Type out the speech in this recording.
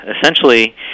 essentially